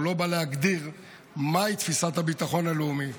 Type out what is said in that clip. הוא לא בא להגדיר מה היא תפיסת הביטחון הלאומי,